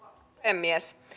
puhemies